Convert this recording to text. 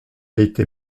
été